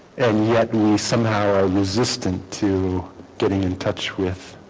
and yet we somehow are resistant to getting in touch with